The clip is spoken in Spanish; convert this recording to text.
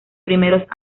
primeros